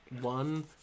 one